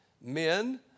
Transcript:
men